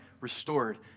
restored